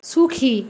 সুখী